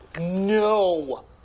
No